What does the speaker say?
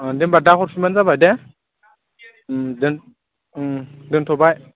अ दे होनबा दा हरफिनबानो जाबाय दे दोन दोनथ'बाय